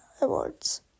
Awards